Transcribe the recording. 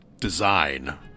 Design